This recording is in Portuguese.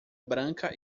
branca